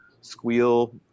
squeal